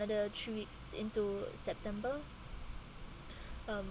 three weeks into september um